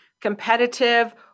competitive